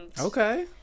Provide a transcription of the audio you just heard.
Okay